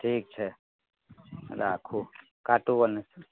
ठीक छै राखु काटु ओन्नेसँ